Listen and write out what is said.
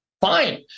fine